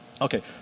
Okay